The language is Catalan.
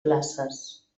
places